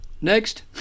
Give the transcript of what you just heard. next